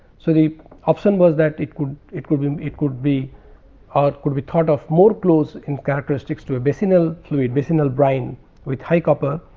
so, the option was that it could it could be it could be or could be thought of more close in characteristics to a basinal fluid basinal brine with high copper.